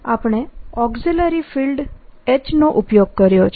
આપણે auxiliary field H નો ઉપયોગ કર્યો છે